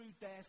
death